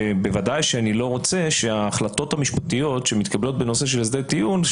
ובוודאי שאני לא רוצה שההחלטות המשפטיות שמתקבלות בנושא של הסדר טיעון,